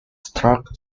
struck